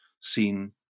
seen